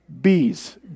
Bees